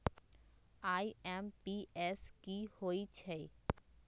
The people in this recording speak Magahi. आई.एम.पी.एस की होईछइ?